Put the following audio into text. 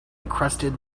encrusted